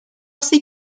así